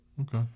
Okay